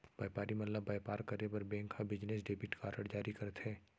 बयपारी मन ल बयपार करे बर बेंक ह बिजनेस डेबिट कारड जारी करथे